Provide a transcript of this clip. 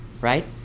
right